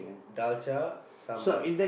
dalcha sambal